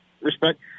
respect